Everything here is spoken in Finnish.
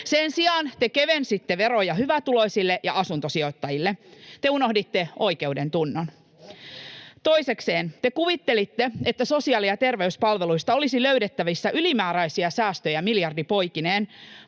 Sen sijaan te kevensitte veroja hyvätuloisille ja asuntosijoittajille. Te unohditte oikeudentunnon. Toisekseen te kuvittelitte, että sosiaali- ja terveyspalveluista olisi löydettävissä ylimääräisiä säästöjä, miljardi poikineen,